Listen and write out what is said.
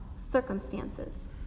circumstances